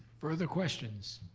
further questions,